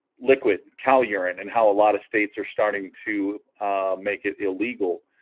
liquid cow urine and how a lot of states are starting to make it illegal